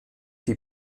die